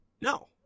No